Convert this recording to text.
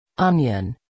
Onion